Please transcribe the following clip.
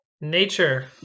Nature